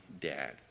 dad